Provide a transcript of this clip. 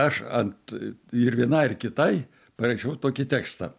aš ant ir vienai ir kitai parašiau tokį tekstą